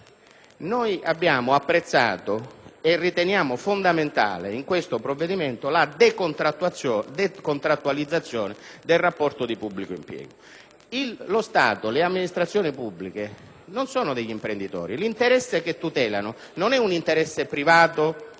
Noi abbiamo apprezzato e riteniamo fondamentale in questo provvedimento la decontrattualizzazione del rapporto di pubblico impiego. Lo Stato e le amministrazioni pubbliche non svolgono una funzione imprenditoriale. L'interesse che tutelano non è privato,